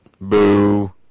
boo